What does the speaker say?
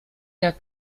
der